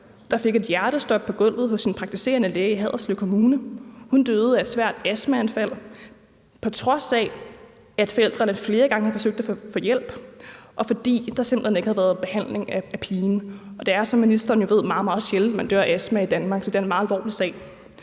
der fik et hjertestop på gulvet hos en praktiserende læge i Haderslev Kommune. Hun døde af et svært astmaanfald, på trods af at forældrene flere gange havde forsøgt at få hjælp, og fordi der simpelt hen ikke havde været behandling af pigen, og det er jo, som ministeren også ved, meget, meget sjældent, at man dør af astma i Danmark. Så det er en meget alvorlig sag.